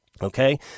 Okay